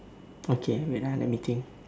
okay wait ah let me think